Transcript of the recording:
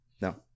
No